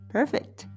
Perfect